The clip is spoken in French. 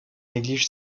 néglige